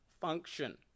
function